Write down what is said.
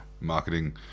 marketing